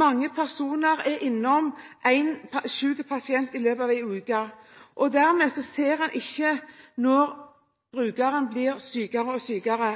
Mange personer er innom en syk pasient i løpet av en uke, og dermed ser en ikke når brukeren blir sykere.